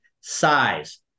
size